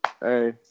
hey